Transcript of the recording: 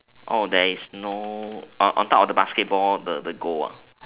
oh there's no uh on on top of the basketball the the goal ah